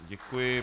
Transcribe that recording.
Děkuji.